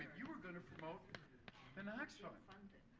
you we're going to promote the knox fund.